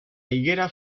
higuera